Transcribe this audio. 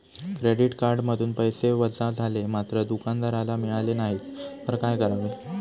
Credit कार्डमधून पैसे वजा झाले मात्र दुकानदाराला मिळाले नाहीत तर काय करावे?